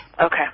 Okay